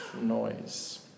noise